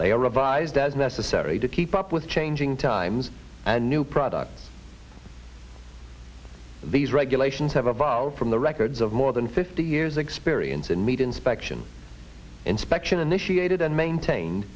are revised as necessary to keep up with changing times and new product these regulations have evolved from the records of more than fifty years experience in meat inspection inspection initiated and maintained